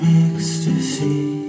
ecstasy